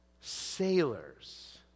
sailors